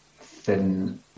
thin